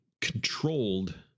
controlled